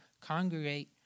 congregate